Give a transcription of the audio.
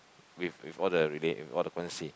with with all the and all the policy